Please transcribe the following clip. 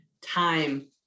Time